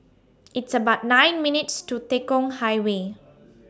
It's about nine minutes' to Tekong Highway